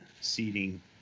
seating